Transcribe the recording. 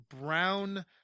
brown